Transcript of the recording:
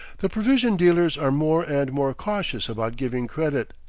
the provision dealers are more and more cautious about giving credit.